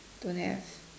don't have